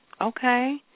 okay